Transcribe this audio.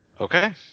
Okay